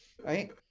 Right